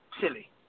silly